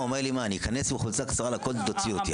הוא אומר לי: אני אכנס עם חולצה קצרה לכותל תוציא אותי,